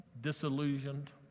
disillusioned